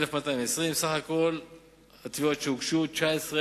1,220. מספר התביעות שהוגשו בסך הכול,